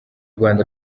rwanda